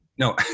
No